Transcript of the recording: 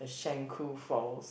Shenkuu falls